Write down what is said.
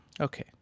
okay